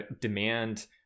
demand